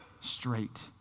straight